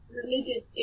religious